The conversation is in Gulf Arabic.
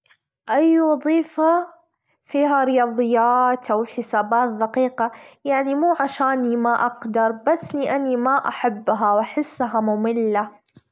أي وظيفة فيها رياظيات، أو حسابات ذقيقة يعني مو عشاني ما أجدر بس لأني ما أحبها وأحسها مملة.